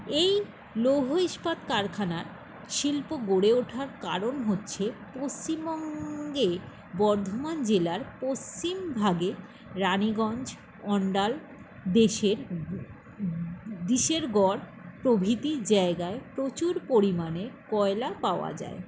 এই লৌহ ইস্পাত কারখানার শিল্প গড়ে ওঠার কারণ হচ্ছে পশ্চিমবঙ্গে বর্ধমান জেলার পশ্চিম ভাগে রানীগঞ্জ অন্ডাল দেশের দিশেরগড় প্রভৃতি জায়গায় প্রচুর পরিমাণে কয়লা পাওয়া যায়